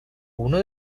uno